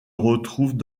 retrouvent